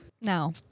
No